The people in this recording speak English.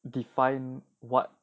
define what